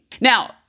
Now